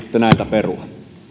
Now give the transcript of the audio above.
näiltä perua